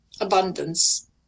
abundance